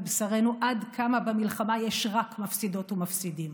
בשרנו עד כמה במלחמה יש רק מפסידות ומפסידים,